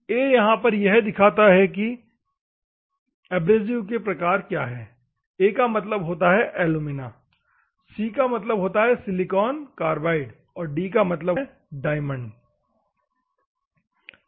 A यहां पर यह दिखाता है एब्रेसिव के प्रकार को A का मतलब होता है एलुमिना C का मतलब है सिलिकॉन कार्बाइड और D का मतलब डायमंड से होता है